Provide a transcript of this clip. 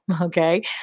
Okay